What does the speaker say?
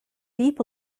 deep